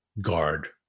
guard